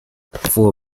for